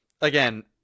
Again